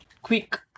Quick